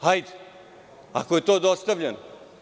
Hajde, ako je to dostavljeno.